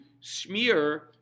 smear